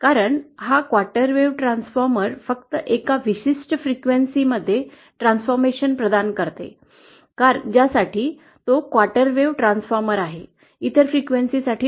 कारण हा quarter wave transformer फक्त एका विशिष्ट फ्रिक्वेन्सी मध्ये परिवर्तन प्रदान करेल ज्यासाठी तो क्वार्टर वेव्ह ट्रान्सफॉर्मर आहे इतर फ्रिक्वेन्सीसाठी नाही